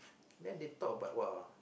then they talk about !wah!